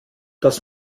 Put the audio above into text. das